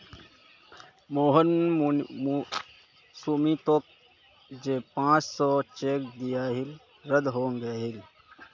मोहन सुमीतोक जे पांच सौर चेक दियाहिल रद्द हंग गहील